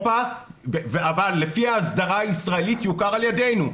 באירופה, אבל לפי ההסדרה הישראלית, יוכר על ידינו.